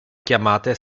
chiamate